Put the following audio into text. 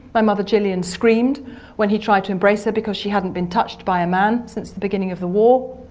my mother gillian screamed when he tried to embrace her because she hadn't been touched by a man since the beginning of the war,